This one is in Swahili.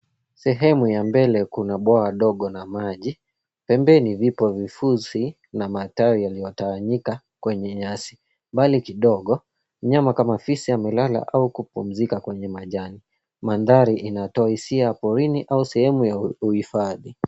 Sehemu ya mbele kuna bwawa dogo na maji. Pembeni vipo vifusi na matawi yaliyotawanyika, kwenye nyasi. Mbali kidogo, mnyama kama fisi amelala au kupumzika kwenye majani. Mandhari inatoa hisia ya porini au sehemu ya uhifadhi.